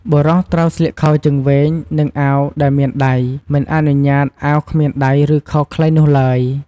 បុរសត្រូវស្លៀកខោជើងវែង និងអាវដែលមានដៃ មិនអនុញ្ញាតអាវគ្មានដៃឬខោខ្លីនោះឡើយ។